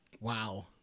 Wow